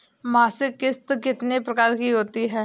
मासिक किश्त कितने प्रकार की होती है?